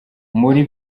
muri